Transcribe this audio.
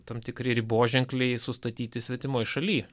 tam tikri riboženkliai sustatyti svetimoj šaly